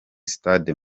sitade